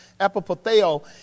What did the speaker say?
Epipatheo